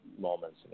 moments